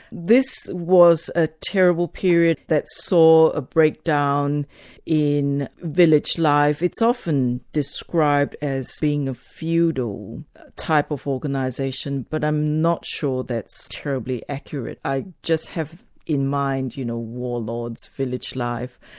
this was a terrible period that saw a breakdown in village life. it's often described as a feudal type of organisation, but i'm not sure that's terribly accurate. i just have in mind you know, warlords, village life,